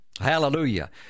hallelujah